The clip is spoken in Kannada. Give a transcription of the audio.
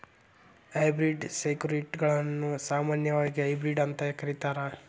ಹೈಬ್ರಿಡ್ ಸೆಕ್ಯುರಿಟಿಗಳನ್ನ ಸಾಮಾನ್ಯವಾಗಿ ಹೈಬ್ರಿಡ್ ಅಂತ ಕರೇತಾರ